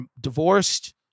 divorced